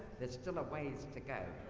there's still a ways to go.